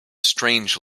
strange